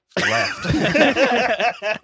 Left